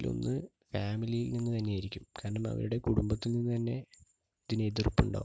അതിലൊന്ന് ഫാമിലിയിൽ നിന്ന് തന്നെയായിരിക്കും കാരണം അവരുടെ കുടുംബത്തിൽ നിന്ന് തന്നെ ഇതിനെതിർപ്പ് ഉണ്ടാകും